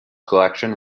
collection